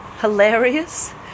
hilarious